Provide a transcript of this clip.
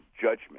judgment